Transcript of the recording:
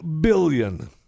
billion